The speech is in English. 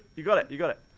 you got it, you got it